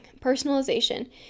personalization